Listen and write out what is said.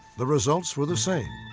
the results were the same.